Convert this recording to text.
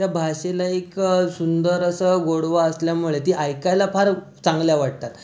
त्या भाषेला एक सुंदर असं गोडवा असल्यामुळे ती ऐकायला फार चांगल्या वाटतात